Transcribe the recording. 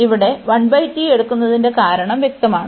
ഇവിടെ എടുക്കുന്നതിന്റെ കാരണം വ്യക്തമാണ്